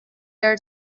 der